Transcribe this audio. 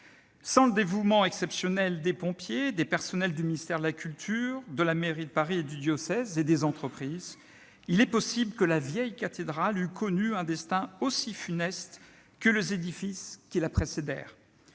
Sans le dévouement exceptionnel des pompiers, des personnels du ministère de la culture et de la mairie de Paris, du diocèse et des entreprises, il est possible que la vieille cathédrale eût connu un destin aussi funeste que les édifices qui la précédèrent.